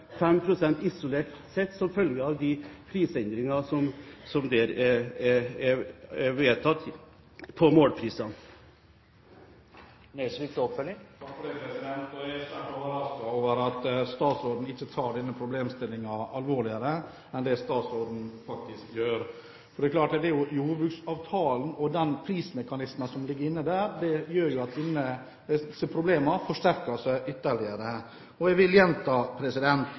isolert sett, som følge av de prisendringene som der er vedtatt på målprisene. Jeg er svært overrasket over at statsråden ikke tar denne problemstillingen mer alvorlige enn han faktisk gjør, for jordbruksavtalen og de prismekanismer som ligger inne der, gjør at disse problemene forsterker seg ytterligere. Jeg vil gjenta: